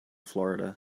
florida